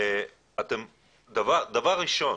דבר ראשון,